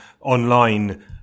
online